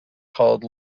called